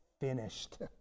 finished